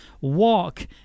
walk